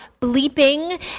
bleeping